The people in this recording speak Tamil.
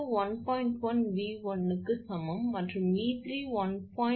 1𝑉1 க்கு சமம் மற்றும் 𝑉3 1